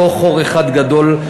לא חור אחד גדול,